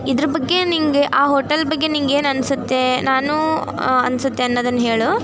ಇದ್ರ ಬಗ್ಗೆ ನಿನಗೆ ಆ ಹೋಟೆಲ್ ಬಗ್ಗೆ ನಿನಗ್ ಏನು ಅನಿಸುತ್ತೆ ನಾನು ಅನಿಸುತ್ತೆ ಅನ್ನೋದನ್ನು ಹೇಳು